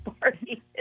Party